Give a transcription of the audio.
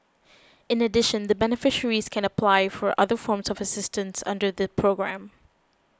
in addition the beneficiaries can apply for other forms of assistance under the programme